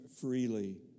freely